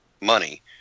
money